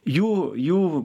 jų jų